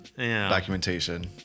documentation